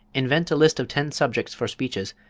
invent a list of ten subjects for speeches,